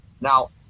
Now